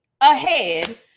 ahead